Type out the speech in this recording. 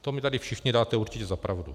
To mi tady všichni dáte určitě za pravdu.